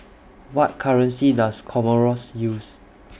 What currency Does Comoros use